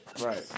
Right